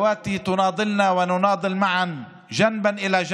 אימהותינו, בנותינו וחברותינו לדרך.